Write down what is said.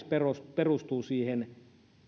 perustuu esimerkiksi